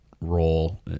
role